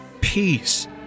peace